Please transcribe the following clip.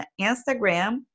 Instagram